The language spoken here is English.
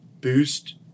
boost